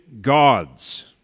gods